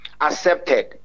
accepted